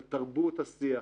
על תרבות השיח,